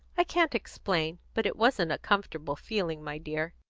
i can't explain but it wasn't a comfortable feeling, my dear.